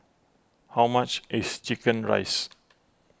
how much is Chicken Rice